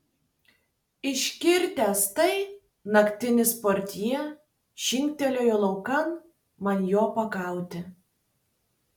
išgirdęs tai naktinis portjė žingtelėjo laukan man jo pagauti